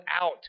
out